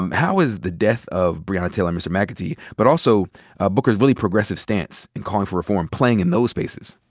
um how is the death of breonna taylor and mr. mcatee, but also booker's really progressive stance in calling for reform, playing in those spaces?